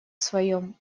своем